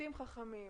בתים חכמים,